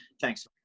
thanks